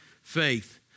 faith